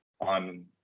on